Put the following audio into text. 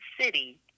city